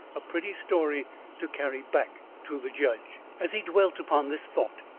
a pretty story to carry back to the judge. as he dwelt upon this thought,